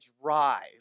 drive